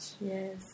Yes